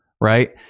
right